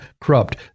corrupt